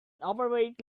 overweight